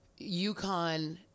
UConn